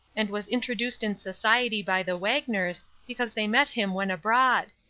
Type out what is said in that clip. and was introduced in society by the wagners, because they met him when abroad.